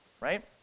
right